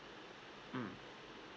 mm